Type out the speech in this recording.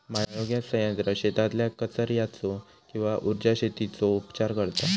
biogas संयंत्र शेतातल्या कचर्याचो किंवा उर्जा शेतीचो उपचार करता